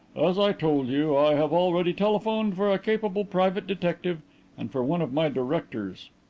as i told you, i have already telephoned for a capable private detective and for one of my directors.